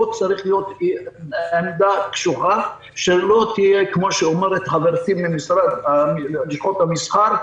פה צריכה להיות עמדה קשוחה שלא תהיה כמו שאומרת חברתי מלשכות המסחר,